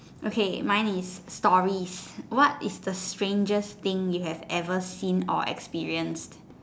okay mine is stories what is the strangest thing you have ever seen or experience